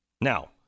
Now